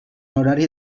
horari